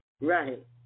Right